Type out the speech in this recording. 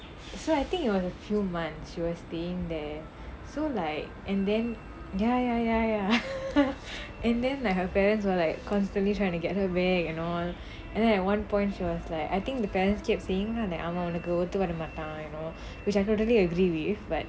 so I think it was a few months she was staying there so like and then ya ya ya ya and then like her parents were like constantly trying to get her back and all and then at one point she was like I think the parents kept saying lah that I want to go to the அவன் உனக்கு ஒத்து வர மாட்டான்:avan unnakku othu vara maattaen and all which I totally agree with but